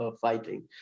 fighting